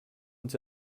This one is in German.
uns